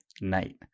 night